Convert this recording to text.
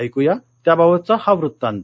ऐक या त्याबाबतचा हा वृत्तांत